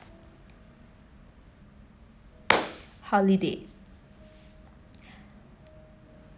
holiday